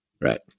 right